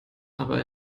aber